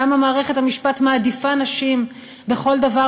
למה מערכת המשפט מעדיפה נשים בכל דבר